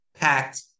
packed